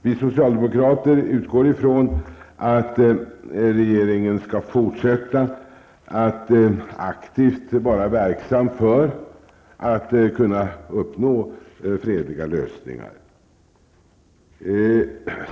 Vi socialdemokrater utgår från att regeringen skall fortsätta att aktivt vara verksam för att fredliga lösningar skall kunna uppnås.